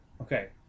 Okay